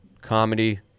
comedy